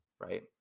right